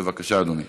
בבקשה, אדוני.